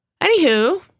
Anywho